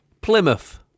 Plymouth